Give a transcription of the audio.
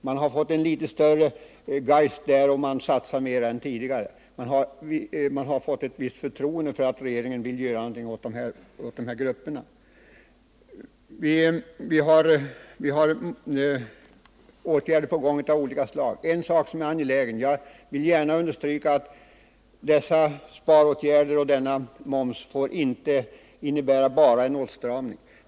Man har där fått en mycket större geist och satsar mera nu än tidigare, därför att man har fått ett visst förtroende för regeringen och tror att den vill göra någonting åt de här grupperna. Jag vill gärna understryka att förslagen till sparåtgärder och till momshöjning inte får innebära bara en åtstramning.